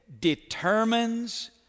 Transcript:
determines